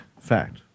fact